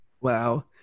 Wow